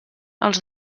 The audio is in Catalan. els